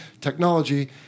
technology